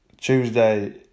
Tuesday